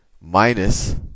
minus